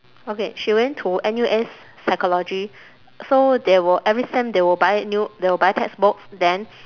okay she went to N_U_S psychology so they will every sem they will buy new they will buy textbooks then